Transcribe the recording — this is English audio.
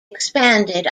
expanded